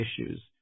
issues